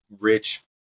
rich